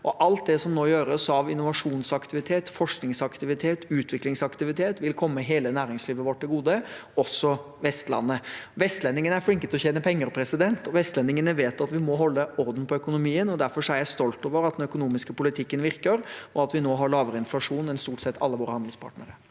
alt det som nå gjøres av innovasjonsaktivitet, forskningsaktivitet og utviklingsaktivitet, vil komme hele næringslivet vårt til gode – også Vestlandet. Vestlendingene er flinke til å tjene penger, og vestlendingene vet at vi må holde orden på økonomien. Derfor er jeg stolt over at den økonomiske politikken virker, og at vi nå har lavere inflasjon enn stort sett alle våre handelspartnere.